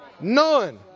none